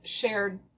shared